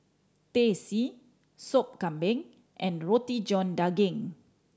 Teh C Sop Kambing and Roti John Daging